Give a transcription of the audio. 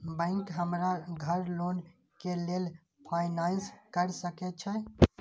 Bank हमरा घर loan के लेल फाईनांस कर सके छे?